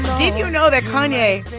did you know that kanye,